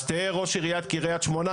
אז תהיה ראש עיריית קריית שמונה,